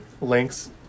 links